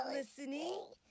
Listening